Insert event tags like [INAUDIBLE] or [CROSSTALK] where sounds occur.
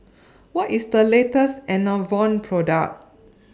[NOISE] What IS The latest Enervon Product